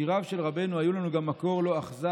שיריו של רבנו היו לנו גם מקור לא אכזב